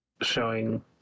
showing